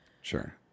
sure